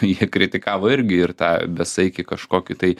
jie kritikavo irgi ir tą besaikį kažkokį tai